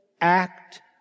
act